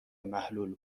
محلول